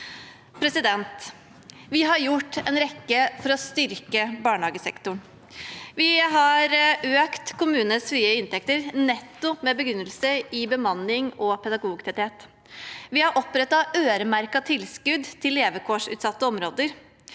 kvaliteten. Vi har gjort en rekke tiltak for å styrke barnehagesektoren. Vi har økt kommunenes frie inntekter, nettopp med begrunnelse i bemanning og pedagogtetthet. Vi har opprettet øremerkede tilskudd til levekårsutsatte områder.